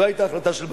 זו היתה החלטה של בג"ץ.